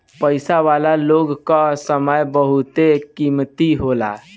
पईसा वाला लोग कअ समय बहुते कीमती होला